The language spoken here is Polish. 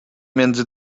między